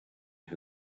who